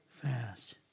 fast